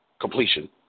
completion